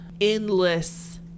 endless